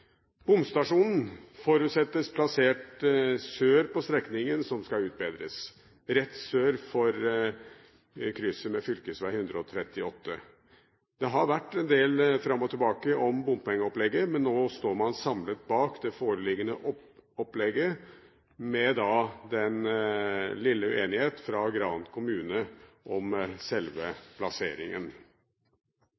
Bomstasjonen forutsettes plassert sør på strekningen som skal utbedres, rett sør for krysset med fv. 138. Det har vært en del fram og tilbake om bompengeopplegget, men nå står man samlet bak det foreliggende opplegget med den lille uenighet fra Gran kommune om selve